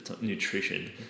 nutrition